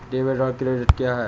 Debit और credit क्या है?